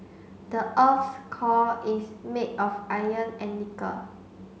the earth's core is made of iron and nickel